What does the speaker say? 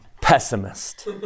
pessimist